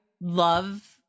love